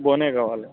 బోనే కావాలి